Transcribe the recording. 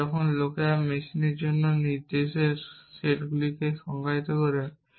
সুতরাং যখন লোকেরা মেশিনের জন্য নির্দেশের সেটগুলিকে সংজ্ঞায়িত করে